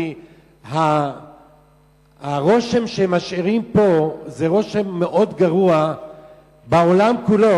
כי הרושם שמשאירים פה זה רושם מאוד גרוע בעולם כולו,